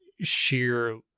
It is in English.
sheer